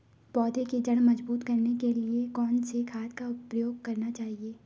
पौधें की जड़ मजबूत करने के लिए कौन सी खाद का प्रयोग करना चाहिए?